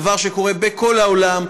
דבר שקורה בכל העולם.